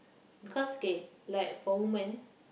because K like for women